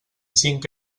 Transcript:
cinc